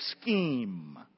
scheme